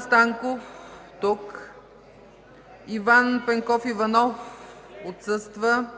Станков - тук Иван Пенков Иванов - отсъства